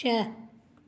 छह